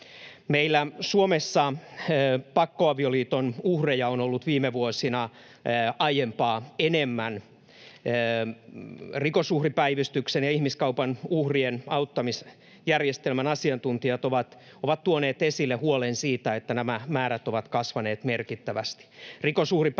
Meillä Suomessa pakkoavioliiton uhreja on ollut viime vuosina aiempaa enemmän. Rikosuhripäivystyksen ja ihmiskaupan uhrien auttamisjärjestelmän asiantuntijat ovat tuoneet esille huolen siitä, että nämä määrät ovat kasvaneet merkittävästi.